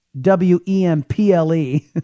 W-E-M-P-L-E